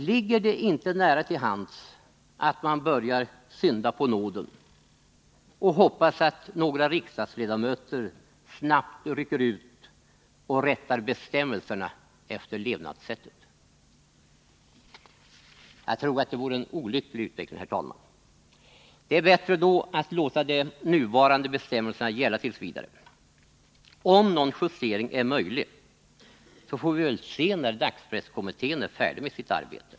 Ligger det inte nära till hands att man börjar synda på nåden och hoppas att någon av riksdagsledamöterna snabbt rycker ut och rättar bestämmelserna efter levnadssättet? Jagtror, herr talman, att det vore en olycklig utveckling. Bättre vore då att låta de nuvarande bestämmelserna gälla tills vidare. Om någon justering är möjlig, får vi väl se när dagspresskommittén är färdig med sitt arbete.